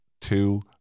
Two